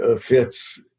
fits